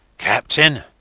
captain?